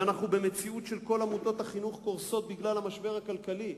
ואנחנו במציאות שכל עמותות החינוך קורסות בגלל המשבר הכלכלי.